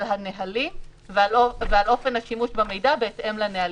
היא מפקחת שם על הנהלים ועל אופן השימוש במידע בהתאם לנהלים.